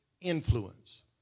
influence